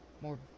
more